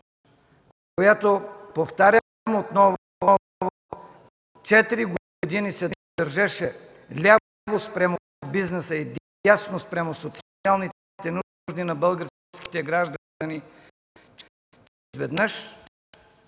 която, повтарям отново, четири години се държеше ляво спрямо бизнеса и дясно спрямо социалните нужди на българските граждани,